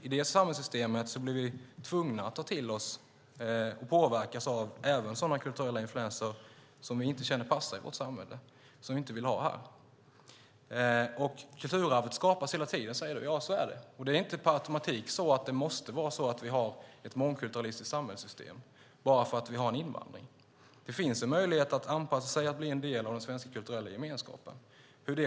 I det samhällssystemet blir vi tvungna att ta till oss och påverkas även av sådana kulturella influenser som vi inte känner passar i vårt samhälle och som vi inte vill ha här. Kulturarvet skapas hela tiden, säger Per Svedberg. Så är det, men det är inte per automatik så att vi måste ha ett mångkulturalistiskt samhällssystem bara för att vi har en invandring. Det finns en möjlighet att anpassa sig och bli en del av den svenska kulturella gemenskapen.